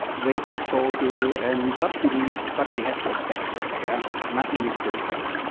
waste disposal and subsidies, but we have to accept that, yeah nothing is perfect.